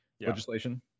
legislation